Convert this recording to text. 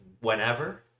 whenever